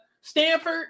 Stanford